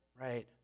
right